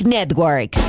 Network